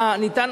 ניתן,